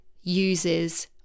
uses